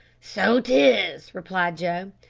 so tis, replied joe,